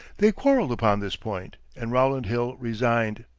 they quarreled upon this point, and rowland hill resigned.